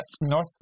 North